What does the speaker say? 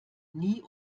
nie